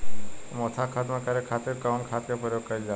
मोथा खत्म करे खातीर कउन खाद के प्रयोग कइल जाला?